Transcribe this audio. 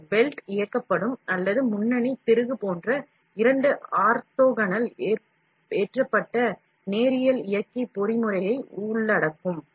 இது பெல்ட் இயக்கப்படும் அல்லது முன்னணி திருகு போன்ற இரண்டு ஆர்த்தோகனல் ஏற்றப்பட்ட நேரியல் இயக்கி பொறிமுறையை உள்ளடக்கும்